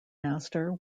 master